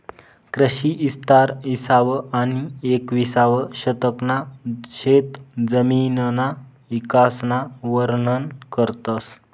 कृषी इस्तार इसावं आनी येकविसावं शतकना शेतजमिनना इकासन वरनन करस